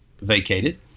vacated